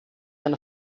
eine